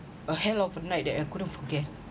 a hell of a night that I couldn't forget